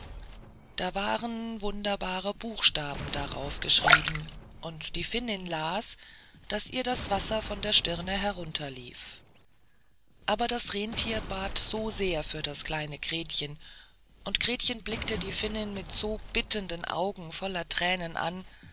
da waren wunderbare buchstaben darauf geschrieben und die finnin las daß ihr das wasser von der stirn herunterlief aber das renntier bat so sehr für das kleine gretchen und gretchen blickte die finnin mit so bittenden augen voller thränen an